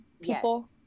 people